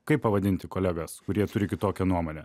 kaip pavadinti kolegas kurie turi kitokią nuomonę